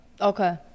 Okay